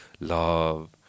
love